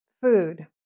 food